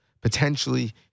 potentially